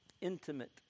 Intimate